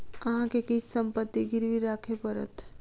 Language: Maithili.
अहाँ के किछ संपत्ति गिरवी राखय पड़त